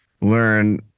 learn